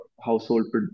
household